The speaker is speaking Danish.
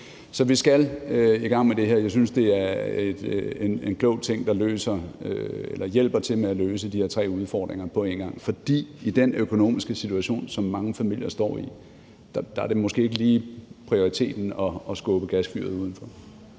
Så vi skal i gang med det her. Jeg synes, det er en klog ting, der hjælper til med at løse de her tre udfordringer på en gang, for i den økonomiske situation, som mange familier står i, er det måske ikke lige prioriteten at skubbe gasfyret udenfor.